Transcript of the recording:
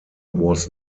was